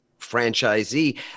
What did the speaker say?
franchisee